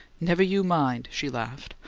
never you mind! she laughed,